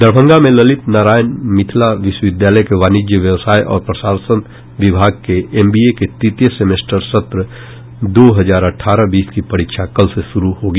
दरभंगा में ललित नारायण मिथिला विश्वविद्यालय के वाणिज्य व्यावसाय और प्रशासन विभाग के एमबीए के तृतीय सेमेस्टर सत्र दो हजार अठारह बीस की परीक्षा कल से शुरू होगी